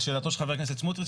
לשאלתו של חבר הכנסת סמוטריץ',